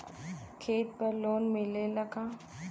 खेत पर लोन मिलेला का?